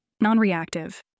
Non-reactive